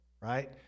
right